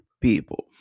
people